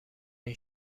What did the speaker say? این